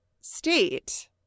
state